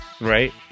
Right